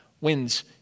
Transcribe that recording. wins